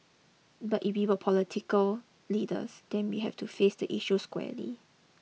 but if we are political leaders then we have to face the issue squarely